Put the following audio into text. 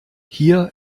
hier